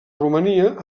romania